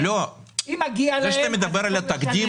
זה שאתה מדבר על תקדים,